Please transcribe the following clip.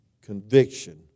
conviction